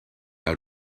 out